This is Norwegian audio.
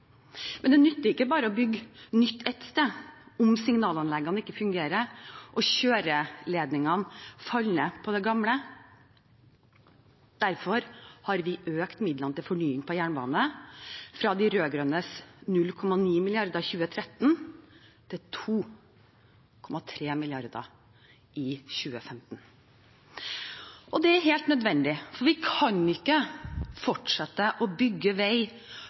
Men det nytter ikke bare å bygge nytt ett sted om signalanleggene ikke fungerer og kjøreledningene faller ned på det gamle. Derfor har vi økt midlene til fornying av jernbanen fra de rød-grønnes 0,9 mrd. kr i 2013 til 2,3 mrd. kr i 2015. Det er helt nødvendig, for vi kan ikke fortsette å bygge vei